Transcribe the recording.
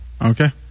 Okay